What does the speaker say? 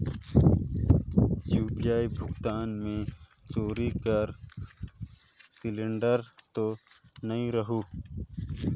UPI भुगतान मे चोरी कर सिलिंडर तो नइ रहु?